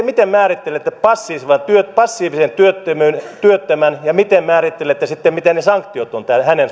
miten määrittelette passiivisen työttömän työttömän ja miten määrittelette sitten mitä ne sanktiot ovat hänen